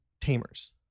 Tamers